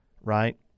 right